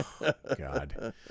God